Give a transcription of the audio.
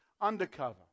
Undercover